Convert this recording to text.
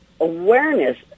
awareness